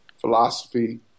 philosophy